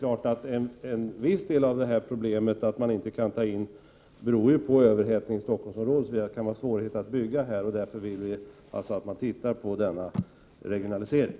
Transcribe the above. En viss del av problemet att man inte kan anta fler aspiranter beror på en överhettning i Stockholmsområdet, dvs. det finns svårigheter att bygga här. Därför vill vi att man ser över denna regionalisering.